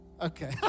Okay